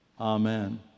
Amen